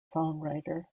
songwriter